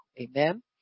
Amen